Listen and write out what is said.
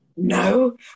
No